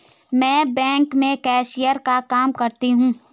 मैं बैंक में कैशियर का काम करता हूं